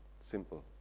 simple